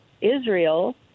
Israel